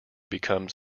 becomes